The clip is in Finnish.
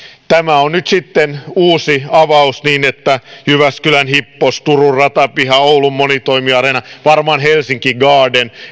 tämä on nyt sitten uusi avaus niin että tämä nostaa aivan uudelle tasolle näiden rahoituksen jyväskylän hippos turku ratapiha oulun monitoimiareena varmaan helsinki garden